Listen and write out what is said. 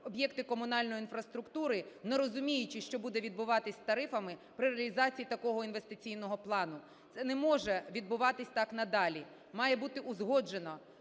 об'єкти комунальної інфраструктури, не розуміючи, що буде відбуватися з тарифами при реалізації такого інвестиційного плану. Це не може відбуватись так надалі. Має бути узгоджено